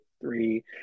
three